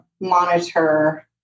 monitor